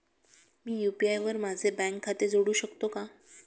मी UPI वर माझे bank खाते जोडू शकतो का?